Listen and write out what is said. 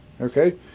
Okay